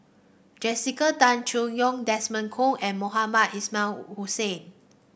Jessica Tan Soon Neo Desmond Kon and Mohamed Ismail Hussain